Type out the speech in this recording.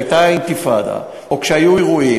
כשהייתה אינתיפאדה או כשהיו אירועים,